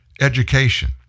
education